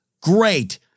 Great